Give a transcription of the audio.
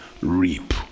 reap